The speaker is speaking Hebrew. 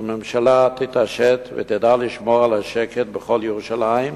שהממשלה תתעשת ותדע לשמור על השקט בכל ירושלים,